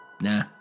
Nah